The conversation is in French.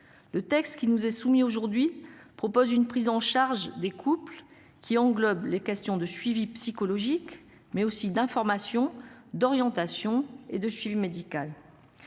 Le texte qui nous est soumis aujourd'hui propose une prise en charge des couples qui englobe les questions de suivi psychologique, mais aussi d'information d'orientation et de suivi médical.